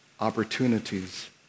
opportunities